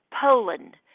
poland